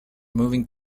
moving